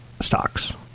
stocks